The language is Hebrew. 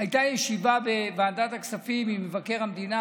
הייתה ישיבה בוועדת הכספים עם מבקר המדינה